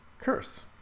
curse